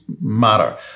matter